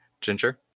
Ginger